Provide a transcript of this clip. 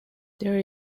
there